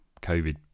COVID